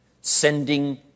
Sending